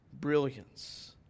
brilliance